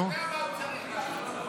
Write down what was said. אתה יודע מה הוא צריך לעשות.